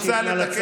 נא לצאת.